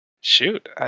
Shoot